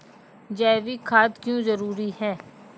जैविक खाद क्यो जरूरी हैं?